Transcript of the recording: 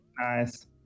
nice